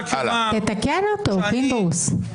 תתקן אותו, פינדרוס.